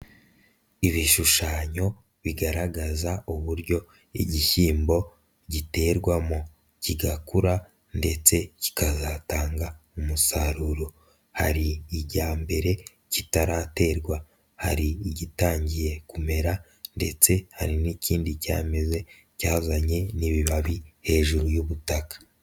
Ibishushanyo bigaragaza uburyo igishyimbo giterwamo, kigakura ndetse kikazatanga umusaruro, hari icya mbere kitaraterwa, hari igitangiye kumera ndetse hari n'ikindi cyameze cyazanye n'ibibabi hejuru y'ubutaka.